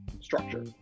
structure